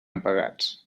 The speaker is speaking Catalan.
apagats